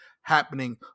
happening